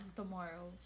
tomorrow